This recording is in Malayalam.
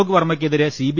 അലോക് വർമ്മക്കെതിരെ സി